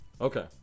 okay